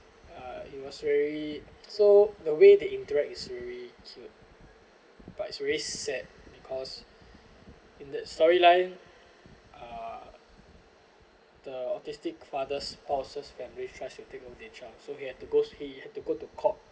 uh it was really so the way they interact is really cute but it's really sad because in that storyline uh the autistic father spouse's family tries to take over their child so he had to goes he had to go to court